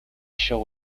show